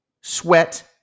sweat